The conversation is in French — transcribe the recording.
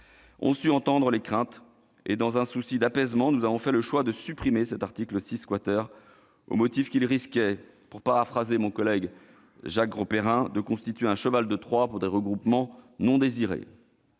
su entendre les craintes. Dans un souci d'apaisement, nous avons fait le choix de supprimer l'article 6 , au motif qu'il risquait, pour paraphraser mon collègue Jacques Grosperrin, de « constituer un cheval de Troie pour des regroupements non désirés